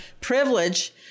privilege